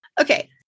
Okay